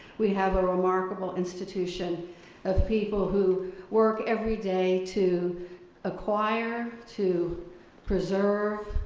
we have a remarkable institution of people who work every day to acquire, to preserve,